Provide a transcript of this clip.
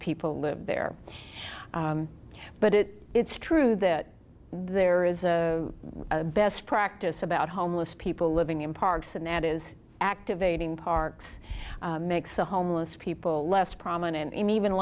people live there but it it's true that there is a best practice about homeless people living in parks and that is activating parks makes the homeless people less prominent even